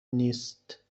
نیست